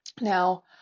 now